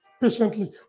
patiently